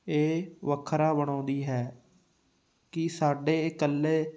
ਇਹ ਵੱਖਰਾ ਬਣਾਉਂਦੀ ਹੈ ਕਿ ਸਾਡੇ ਇਕੱਲੇ